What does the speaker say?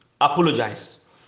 Apologize